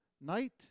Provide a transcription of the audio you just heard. night